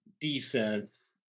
defense